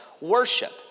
worship